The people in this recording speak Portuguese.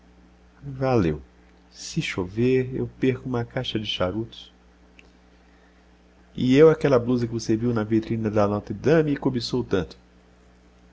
valeu se chover eu perco uma caixa de charutos e eu aquela blusa que você viu na vitrina da notre dame e cobiçou tanto